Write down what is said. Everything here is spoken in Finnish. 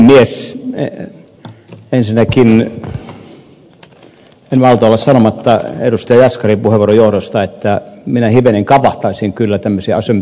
ensinnäkään en malta olla sanomatta edustaja jaskarin puheenvuoron johdosta että minä hivenen kavahtaisin kyllä tämmöisiä asymmetrisia rahastoja